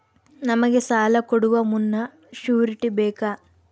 ನಮಗೆ ಸಾಲ ಕೊಡುವ ಮುನ್ನ ಶ್ಯೂರುಟಿ ಬೇಕಾ?